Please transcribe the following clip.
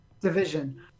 Division